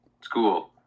school